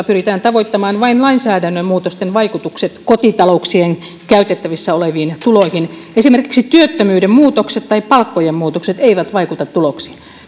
pyritään tavoittamaan vain lainsäädännön muutosten vaikutukset kotitalouksien käytettävissä oleviin tuloihin esimerkiksi työttömyyden muutokset tai palkkojen muutokset eivät vaikuta tuloksiin nämä